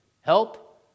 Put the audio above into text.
Help